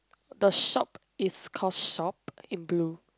the shop is call shop in blue